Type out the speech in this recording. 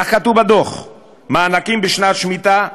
כך כתוב בדוח, מענקים בשנת שמיטה.